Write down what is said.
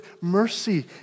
mercy